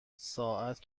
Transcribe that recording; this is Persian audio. ساعت